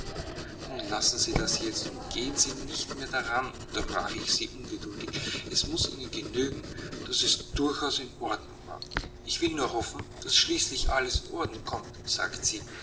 nun lassen sie das jetzt und denken sie nicht mehr daran unterbrach ich sie ungeduldig es muß ihnen genügen daß es durchaus in der ordnung war ich will nur hoffen daß schließlich alles in ordnung kommt sagte sie